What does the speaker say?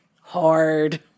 hard